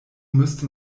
müsste